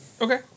okay